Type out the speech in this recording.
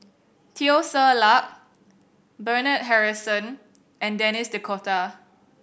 Teo Ser Luck Bernard Harrison and Denis D'Cotta